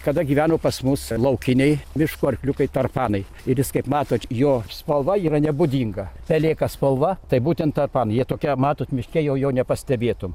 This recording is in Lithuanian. kada gyveno pas mus laukiniai miško arkliukai tarpanai ir jis kaip matot jo spalva yra nebūdinga pelėka spalva tai būtent tarpam ji tokia matot miške jau jo nepastebėtum